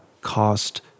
cost